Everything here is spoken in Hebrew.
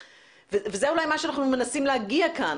וזה אולי מה שאנחנו מנסים להגיע כאן